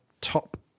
top